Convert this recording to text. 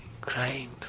crying